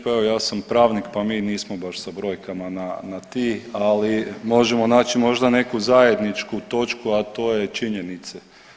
Pa evo ja sam pravnik pa mi nismo baš sa brojkama na ti, ali možemo naći možda neku zajedničku točku a to je činjenica.